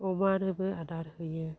अमानोबो आदार होयो